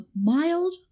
Mild